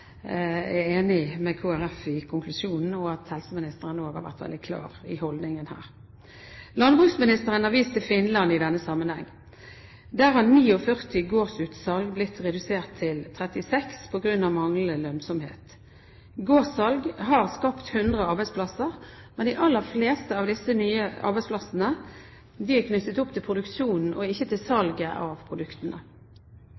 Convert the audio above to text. er enig med Kristelig Folkeparti i konklusjonen, og at helseministeren også har vært veldig klar i sin holdning her. Landbruksministeren har vist til Finland i denne sammenheng. Der har 49 gårdsutsalg blitt redusert til 36 på grunn av manglende lønnsomhet. Gårdssalg har skapt 100 arbeidsplasser, men de aller fleste av disse nye arbeidsplassene er knyttet opp til produksjonen og ikke til